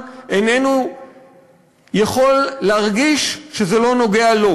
שום עם איננו יכול להרגיש שזה לא נוגע לו.